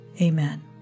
Amen